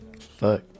Fuck